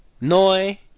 Noi